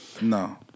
No